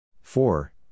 Four